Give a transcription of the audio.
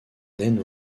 naine